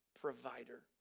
provider